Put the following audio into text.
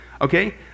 okay